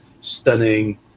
stunning